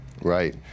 Right